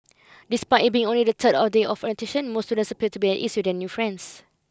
despite it being only the third or day of orientation most students appeared to be at ease with their new friends